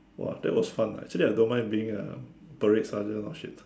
!wah! that was fun ah actually I don't mind being a parade sergeant or shit